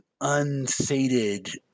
unsated